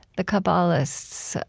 the kabbalists'